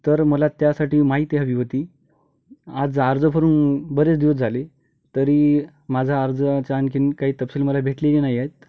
तर मला त्यासाठी माहिती हवी होती आज अर्ज करून बरेच दिवस झाले तरी माझा अर्जच्या आणखी काही तपशील मला भेटलेली नाही आहेत